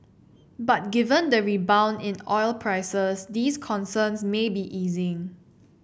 but given the rebound in oil prices these concerns may be easing